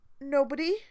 Nobody